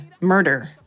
murder